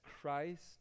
Christ